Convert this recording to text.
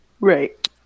Right